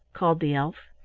called the elf.